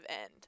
end